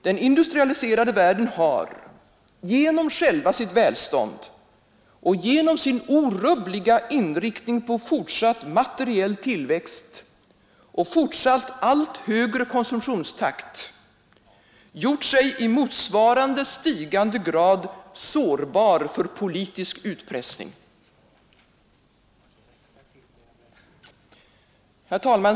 Den industria liserade världen har, genom själva sitt välstånd och genom sin orubbliga inriktning på fortsatt materiell tillväxt och fortsatt allt högre konsumtionstakt, gjort sig i motsvarande stigande grad sårbar för politisk utpressning. Herr talman!